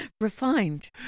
refined